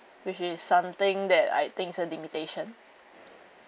which is something that I think is a limitation